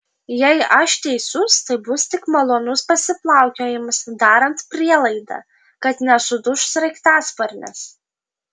jei aš teisus tai bus tik malonus pasiplaukiojimas darant prielaidą kad nesuduš sraigtasparnis